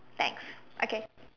thanks okay